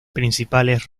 principales